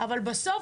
אבל בסוף,